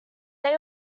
they